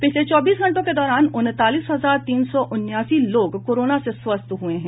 पिछले चौबीस घंटों के दौरान उनतालीस हजार तीन सौ उन्यासी लोग कोरोना से स्वस्थ हुए है